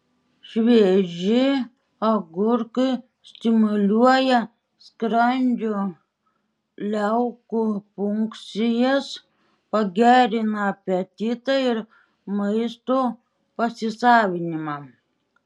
švieži agurkai stimuliuoja skrandžio liaukų funkcijas pagerina apetitą ir maisto pasisavinimą